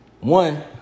One